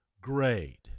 Great